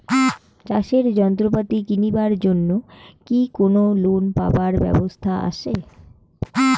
চাষের যন্ত্রপাতি কিনিবার জন্য কি কোনো লোন পাবার ব্যবস্থা আসে?